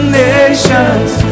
nations